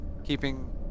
keeping